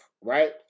right